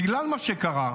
בגלל מה שקרה.